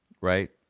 right